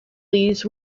leaves